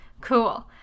Cool